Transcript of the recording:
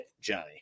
Johnny